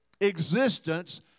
existence